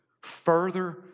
further